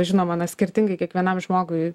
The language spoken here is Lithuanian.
žinoma na skirtingai kiekvienam žmogui